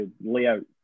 layout